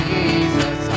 Jesus